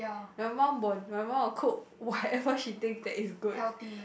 my mum won't my mum will cook whatever she think that is good